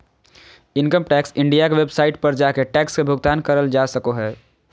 income tax India के website पर जाके टैक्स के भुगतान करल जा सको हय